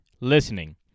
listening